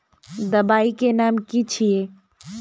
दबाई के नाम की छिए?